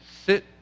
sit